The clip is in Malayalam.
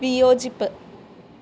വിയോജിപ്പ്